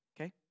Okay